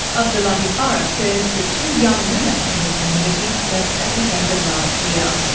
abdullahi farah says the two young women from his community left at the end of last year.